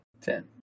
Ten